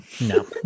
no